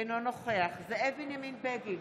אינו נוכח זאב בנימין בגין,